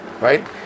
right